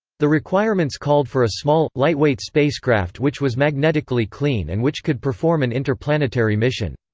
the requirements called for a small, lightweight spacecraft which was magnetically clean and which could perform an interplanetary mission.